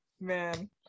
man